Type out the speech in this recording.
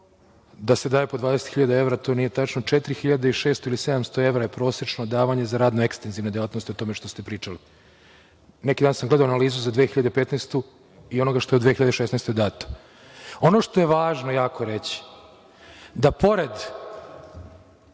da se daje po 20.000 evra, to nije tačno, četiri hiljade i 600 ili 700 evra je prosečno davanje za radno-ekstenzivne delatnosti, o tome što ste pričali. Neki dan sam gledao analizu za 2015. godinu i onoga što je u 2016. godini dato. Ono što je jako važno reći, da pored